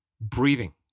breathing